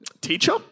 Teacher